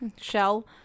Shell